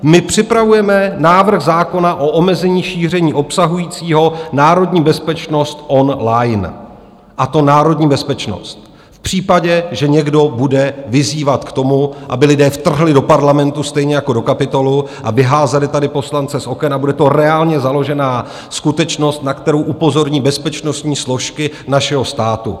My připravujeme návrh zákona o omezení šíření obsahujícího národní bezpečnost online, a to národní bezpečnost v případě, že někdo bude vyzývat k tomu, aby lidé vtrhli do Parlamentu stejně jako do Kapitolu a vyházeli tady poslance z oken, a bude to reálně založená skutečnost, na kterou upozorní bezpečnostní složky našeho státu.